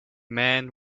men